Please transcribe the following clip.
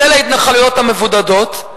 כולל ההתנחלויות המבודדות,